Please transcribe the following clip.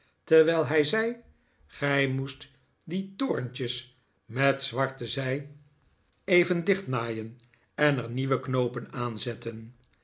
terwijl hij zei gij moest die torntjes met zwarte zij nikolaas nickleby even dichtnaaien en er nieuwe knoopen aanzetten